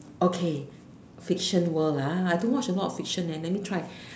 okay fiction world lah I don't watch a lot of fiction leh let me try